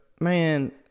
man